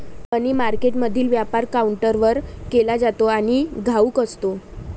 मनी मार्केटमधील व्यापार काउंटरवर केला जातो आणि घाऊक असतो